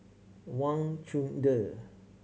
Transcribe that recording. Wang Chunde